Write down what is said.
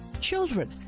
Children